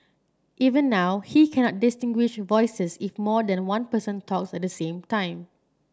even now he cannot distinguish voices if more than one person talks at the same time